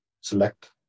select